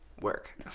Work